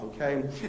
okay